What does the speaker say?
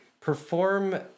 perform